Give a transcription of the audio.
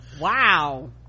wow